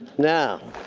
now.